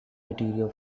material